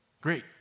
Great